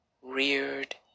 reared